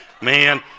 Man